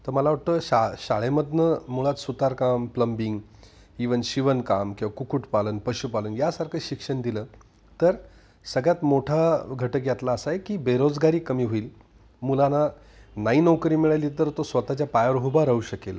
तर मला वाटतं शा शाळेमधून मुळात सुतारकाम प्लंबिंग इवन शिवणकाम किंवा कुक्कुटपालन पशुपालन यासारखं शिक्षण दिलं तर सगळ्यात मोठा घटक यातला असा आहे की बेरोजगारी कमी होईल मुलांना नाही नोकरी मिळाली तर तो स्वतःच्या पायावर उभा राहू शकेल